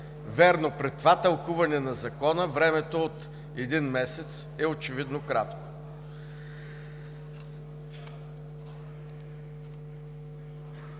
Вярно, при това тълкуване на Закона, времето от един месец очевидно е кратко.